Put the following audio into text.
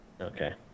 Okay